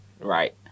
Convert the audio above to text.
right